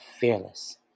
fearless